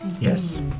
Yes